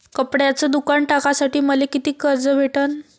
कपड्याचं दुकान टाकासाठी मले कितीक कर्ज भेटन?